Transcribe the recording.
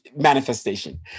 manifestation